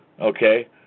Okay